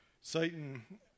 Satan